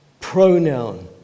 pronoun